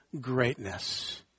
greatness